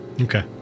Okay